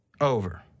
Over